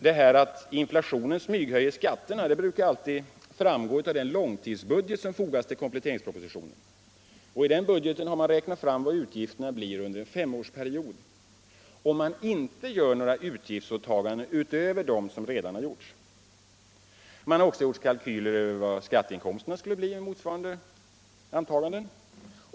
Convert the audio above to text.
Detta att inflationen smyghöjer skatterna brukar alltid framgå av den långtidsbudget som fogas till kompletteringspropositionen. I den budgeten har man räknat fram vad utgifterna blir under en femårsperiod om man inte gör några utgiftsåtaganden utöver dem som redan har gjorts. Man har också gjort kalkyler över vad skatteinkomsterna skulle bli med motsvarande antagande.